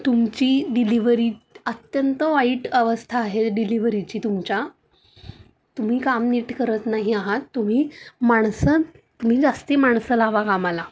तुमची डिलिव्हरी अत्यंत वाईट अवस्था आहे डिलिव्हरीची तुमच्या तुम्ही काम नीट करत नाही आहात तुम्ही माणसं तुम्ही जास्ती माणसं लावा कामाला